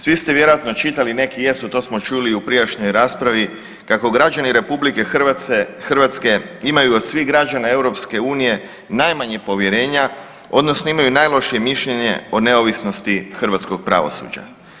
Svi ste vjerojatno čitali, neki jesu to smo čuli u prijašnjoj raspravi, kako građani RH imaju od svih građana EU najmanje povjerenja odnosno imaju najlošije mišljenje o neovisnosti hrvatskog pravosuđa.